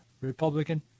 Republican